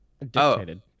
dictated